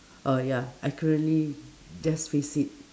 uh ya I currently just face it